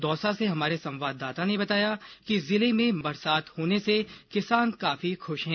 दौसा से हमारे संवाददाता ने बताया कि जिले में मावठ की बरसात होने से किसान काफी खुश हैं